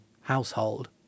household